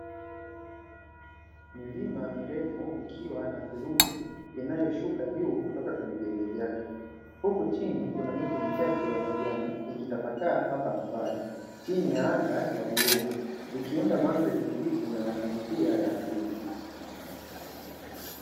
Milima mirefu ikiwa na theluji inayoshuka juu kutoka kwenye vilele vyake, huku chini kuna miti michache ya kijani ikitapakaa hapa na pale; chini ya anga ya bluu ikiunda mandhari ya utulivu na ya kuvutia ya asili.